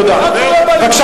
תודה לך.